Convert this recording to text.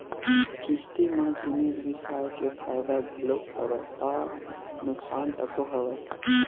किस्ती म जिनिस बिसाय के फायदा घलोक हवय ता नुकसान तको हवय